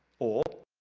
or,